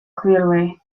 clearly